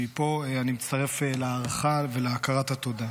מפה אני מצטרף להערכה ולהכרת התודה.